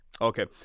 Okay